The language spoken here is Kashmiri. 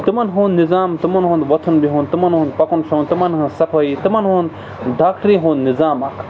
تِمَن ہُنٛد نِظام تِمَن ہُنٛد وۄتھُن بِہُن تِمَن ہُنٛد پَکُن تِمَن ہٕنٛز صفٲیی تِمَن ہُنٛد ڈاکٹرٛی ہُنٛد نِظام اَکھ